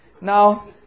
Now